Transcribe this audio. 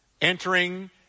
entering